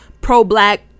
pro-black